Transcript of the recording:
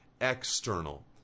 external